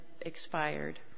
expired